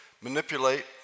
manipulate